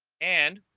and